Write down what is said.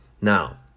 Now